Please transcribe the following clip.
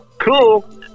cool